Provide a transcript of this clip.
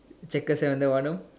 Jacker seventy wanna